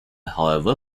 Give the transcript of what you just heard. however